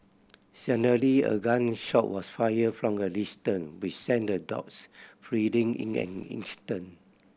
suddenly a gun shot was fired from a distance which sent the dogs fleeing in an instant